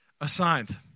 assigned